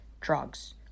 drugs